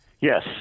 Yes